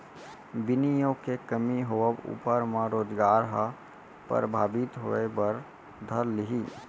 बिनियोग के कमी होवब ऊपर म रोजगार ह परभाबित होय बर धर लिही